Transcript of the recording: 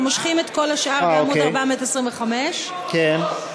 אנחנו מושכים את כל השאר בעמוד 425. כן.